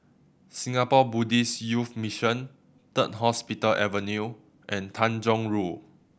Singapore Buddhist Youth Mission Third Hospital Avenue and Tanjong Rhu